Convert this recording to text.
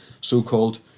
so-called